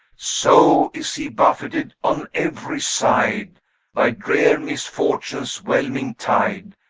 so is he buffeted on every side by drear misfortune's whelming tide,